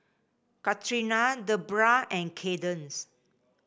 Katrina Debbra and Kaydence